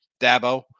Dabo